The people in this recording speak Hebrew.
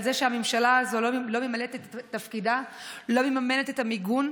על זה שהממשלה הזאת לא ממלאת את תפקידה ולא מממנת את המיגון?